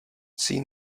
seen